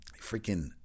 freaking